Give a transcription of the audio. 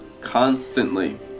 constantly